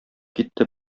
китте